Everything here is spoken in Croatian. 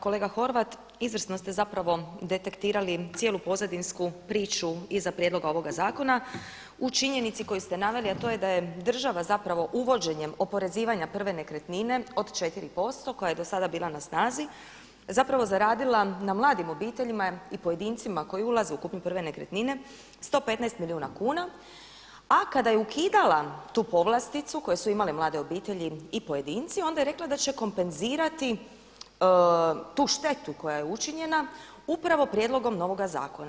Kolega Horvat, izvrsno ste detektirali cijelu pozadinsku priču iza prijedloga ovoga zakona u činjenici koju ste naveli, a to je da je država uvođenjem oporezivanja prve nekretnine od 4% koja je do sada bila na snazi zaradila na mladim obiteljima i pojedincima koji ulaze u kupnju prve nekretnine 115 milijun kuna, a kada je ukidala tu povlasticu koju su imale mlade obitelji i pojedinci, onda je rekla da će kompenzirati tu štetu koja je učinjena upravo prijedlogom novoga zakona.